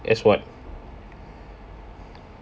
as what